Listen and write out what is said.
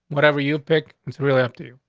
whatever you pick, it's really up to you.